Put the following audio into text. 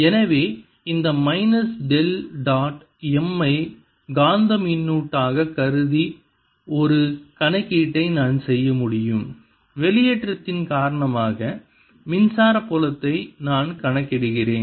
எனவே இந்த minus del dot M ஐ காந்தக் மின்னூட்டு ஆக கருதி ஒரு கணக்கீட்டை நான் செய்ய முடியும் வெளியேற்றத்தின் காரணமாக மின்சார புலத்தை நான் கணக்கிடுகிறேன்